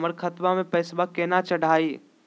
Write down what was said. हमर खतवा मे पैसवा केना चढाई?